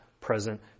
present